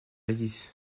lys